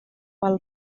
val